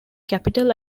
capital